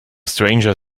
stranger